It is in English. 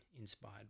inspired